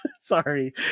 sorry